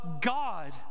God